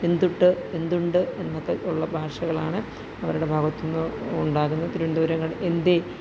എന്തുട്ട് എന്തുണ്ട് എന്നൊക്കെയുള്ള ഭാഷകളാണ് അവരുടെ ഭാഗത്തുനിന്ന് ഉണ്ടാകുന്നത് തിരുവനന്തപുരംകാർ എന്തേ